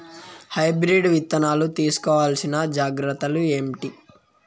Hybrid విత్తనాలు తీసుకోవాల్సిన జాగ్రత్తలు ఏంటి?